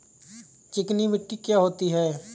चिकनी मिट्टी क्या होती है?